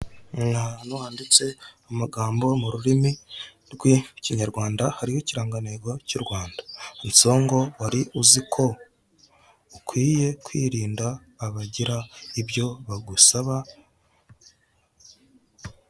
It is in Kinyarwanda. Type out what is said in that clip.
Ahantu handitse amagambo mu rurimi rw'ikinyarwanda, hariho ikirangantego cy'u Rwanda, handitseho ngo wari uzi ko ukwiye kwirinda abagira ibyo bagusaba?